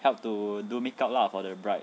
help to do makeup lah for the bride